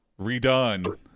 Redone